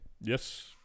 Yes